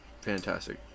Fantastic